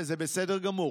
וזה בסדר גמור,